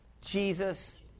Jesus